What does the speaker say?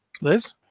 Liz